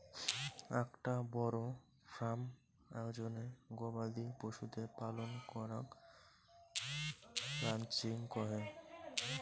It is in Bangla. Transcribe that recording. আকটা বড় ফার্ম আয়োজনে গবাদি পশুদের পালন করাঙ রানচিং কহে